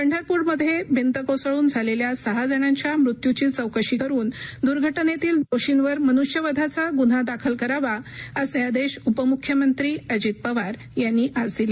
पंढरपूरमध्ये भिंत कोसळून झालेल्या सहा जणांच्या मृत्यूची चौकशी करुन दर्घातततल दोषींवर मनुष्यवधाचा गुन्हा दाखल करावा असे आदेश उप मुख्य मंत्री अजित पवार यांनी आज दिले